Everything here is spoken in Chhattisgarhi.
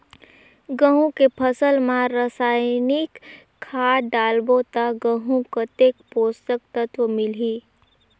गंहू के फसल मा रसायनिक खाद डालबो ता गंहू कतेक पोषक तत्व मिलही?